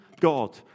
God